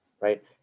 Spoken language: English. right